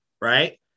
right